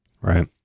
Right